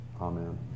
Amen